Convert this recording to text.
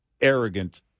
Arrogant